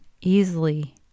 easily